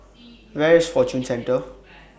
Where IS Fortune Centre